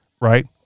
right